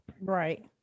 right